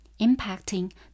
impacting